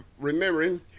remembering